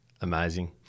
Amazing